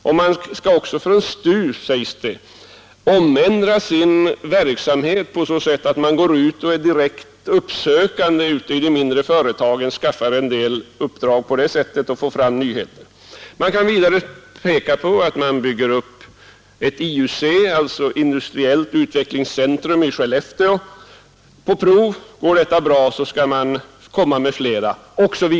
Vidare har STU inlett en uppsökande aktiverande verksamhet bland de mindre och medelstora industriföretagen för att på det sättet skaffa en del uppdrag och få fram nyheter. Jag vill ytterligare peka på att man på försök bygger upp ett industriellt utvecklingscentrum — IUC — i Skellefteå. Går detta bra skall flera centra upprättas.